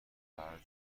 موقعیت